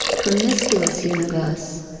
promiscuous universe,